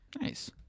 nice